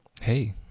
hey